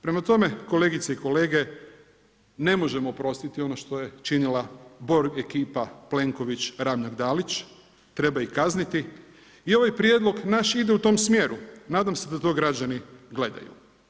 Prema tome, kolegice i kolege, ne možemo oprostiti ono što je činila Borg ekipa Plenković, Ramljak, Dalić, treba ih kazniti i ovaj prijedlog naš ide u tom smjeru, nadam se da to građani gledaju.